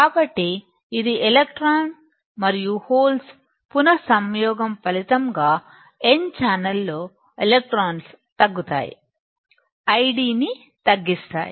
కాబట్టి ఇది ఎలక్ట్రాన్లు మరియు హోల్స్ పునః సంయోగం ఫలితంగా n ఛానెల్లో ఎలెక్ట్రాన్స్ తగ్గుతాయి ID ని తగ్గిస్తాయి